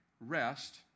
rest